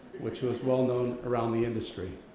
which was well known around the industry.